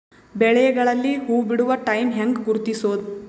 ಬೆಳೆಗಳಲ್ಲಿ ಹೂಬಿಡುವ ಟೈಮ್ ಹೆಂಗ ಗುರುತಿಸೋದ?